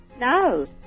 No